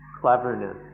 cleverness